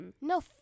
No